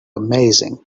amazing